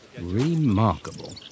Remarkable